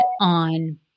on